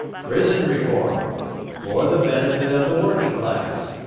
prison reform for the benefit of the working class.